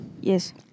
Yes